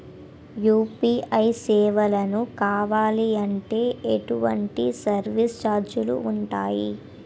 UPI సేవలను కావాలి అంటే ఎటువంటి సర్విస్ ఛార్జీలు ఉంటాయి?